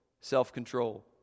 self-control